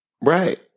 Right